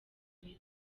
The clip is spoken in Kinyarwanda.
imeze